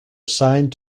assigned